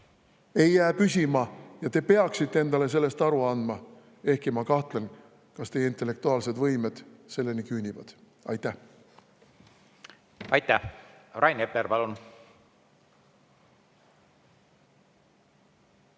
Ei jää püsima ja te peaksite endale sellest aru andma. Ehkki ma kahtlen, kas teie intellektuaalsed võimed selleni küünivad. Aitäh! Ei jää püsima